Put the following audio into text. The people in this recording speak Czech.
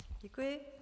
Děkuji.